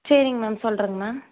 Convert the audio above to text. சரிங்க மேம் சொல்கிறேங்க மேம்